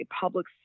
public